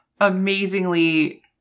amazingly